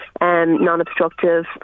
non-obstructive